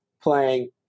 playing